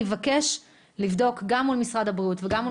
אני אבקש לבדוק גם מול משרד הבריאות וגם מול